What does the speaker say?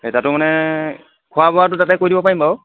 সেই তাতো মানে খোৱা বোৱাটো তাতে কৰি দিব পাৰিম বাৰু